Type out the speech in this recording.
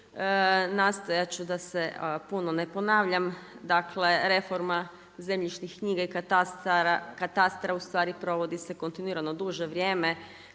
Nastojat ću da se puno ne ponavljam. Dakle, reforma zemljišnih knjiga i katastra provodi se kontinuirano duže vrijeme